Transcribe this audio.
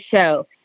Show